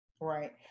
right